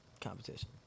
competition